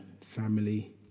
family